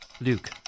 Luke